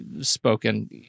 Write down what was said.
spoken